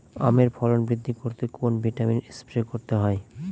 আমের ফলন বৃদ্ধি করতে কোন ভিটামিন স্প্রে করতে হয়?